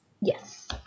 Yes